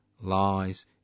lies